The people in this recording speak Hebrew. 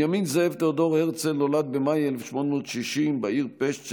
בנימין זאב תאודור הרצל נולד במאי 1860 בעיר פשט,